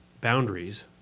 boundaries